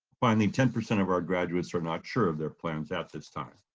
finally, ten percent of our graduates are not sure of their plans at this time.